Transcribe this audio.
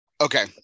okay